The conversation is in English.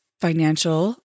financial